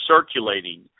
circulating